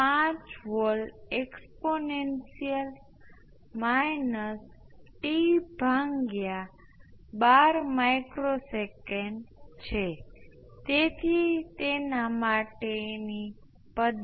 હવે આનો અર્થ એ છે કે આ સ્ટેપને બદલે જો હું બંને બાજુઓને સંબંધિત સમય સાથે સંકલિત કરું તો આ સમાન લિમિટ 0 અને 0 વચ્ચે એકબીજાની સમાન હશે